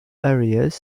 areas